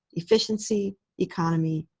efficiency, economy,